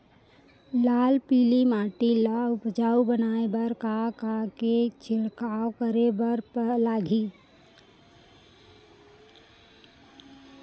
लाल पीली माटी ला उपजाऊ बनाए बर का का के छिड़काव करे बर लागही?